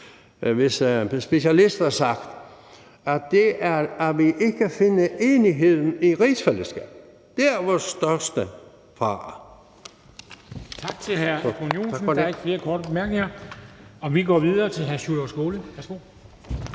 en specialist har sagt, at vi ikke kan finde enigheden i rigsfællesskabet. Det er vores største fare.